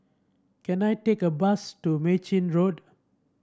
can I take a bus to Mei Chin Road